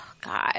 God